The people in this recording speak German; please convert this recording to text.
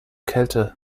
kälte